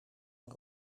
een